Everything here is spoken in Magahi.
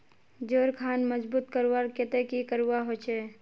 जोड़ खान मजबूत करवार केते की करवा होचए?